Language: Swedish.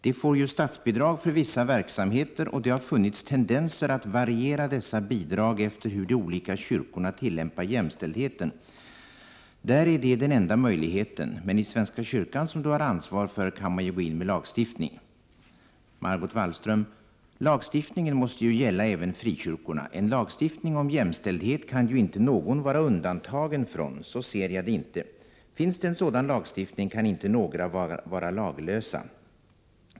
De får ju statsbidrag för vissa verksamheter och det har funnits tendenser att variera dessa bidrag efter hur de olika kyrkorna tillämpar jämställdheten. Där är det den enda möjligheten, men i Svenska kyrkan, som Du har ansvar för, kan man ju gå in med lagstiftning. MW: Lagstiftningen måste ju gälla även frikyrkorna. En lagstiftning om jämställdhet kan ju inte någon vara undantagen från, så ser jag det inte. Finns det en sådan lagstiftning kan inte några vara laglösa.